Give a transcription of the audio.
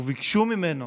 וביקשו ממנו